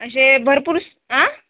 असे भरपूर स आ